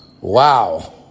Wow